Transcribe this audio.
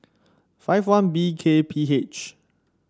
five one B K P H